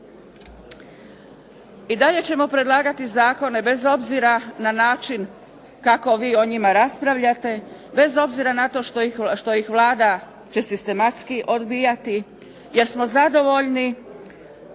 I dalje ćemo predlagati zakone bez obzira na način kako vi o njima raspravljate, bez obzira na to što ih Vlada će sistematski odbijati, jer smo zadovoljni